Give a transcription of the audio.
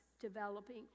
developing